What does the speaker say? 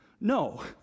No